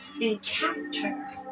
encounter